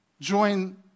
join